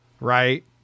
right